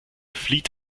flieht